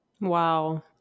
Wow